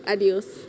Adios